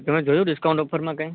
તમે જોયું ડિસ્કાઉન્ટ ઑફરમાં કાંઈ